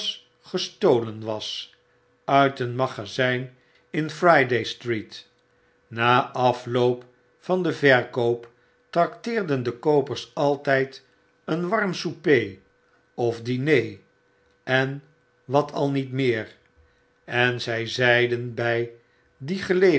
gestolen was uit een magazyn in friday-street na afloop van den verkoop trakteerden de koopers altyd een warm souper of diner en wat al niet meer en zy zeiden by die